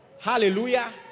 Hallelujah